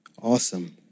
Awesome